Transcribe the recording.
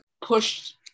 pushed